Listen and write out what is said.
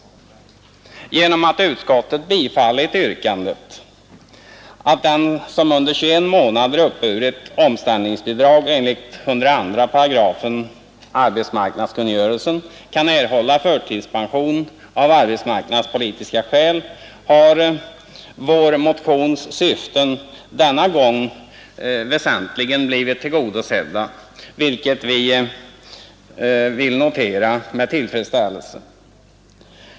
Genom att utskottet tillstyrkt yrkandet att den som under 21 månader uppburit omställningsbidrag enligt 102 8 arbetsmarknadskungörelsen kan erhålla förtidspension av arbetsmarknadspolitiska skäl har vår motions syften denna gång väsentligen blivit tillgodosedda, vilket vi vill notera med tillfredsställelse.